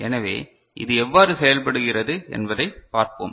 எனவே இது எவ்வாறு செயல்படுகிறது என்பதைப் பார்ப்போம்